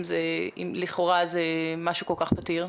אם לכאורה זה משהו כל כך פתיר?